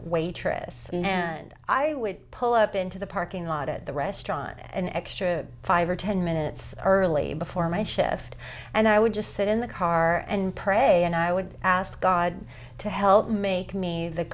waitress and i would pull up into the parking lot at the restaurant an extra five or ten minutes early before my shift and i would just sit in the car and pray and i would ask god to help make me the